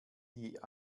die